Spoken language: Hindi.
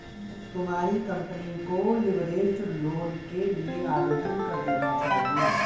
तुम्हारी कंपनी को लीवरेज्ड लोन के लिए आवेदन कर देना चाहिए